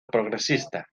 progresista